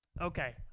Okay